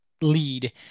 lead